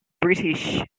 British